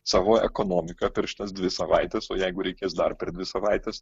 savo ekonomiką per šitas dvi savaites o jeigu reikės dar per dvi savaites